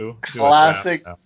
classic